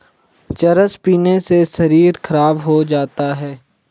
चरस पीने से शरीर खराब हो जाता है